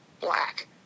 black